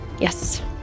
Yes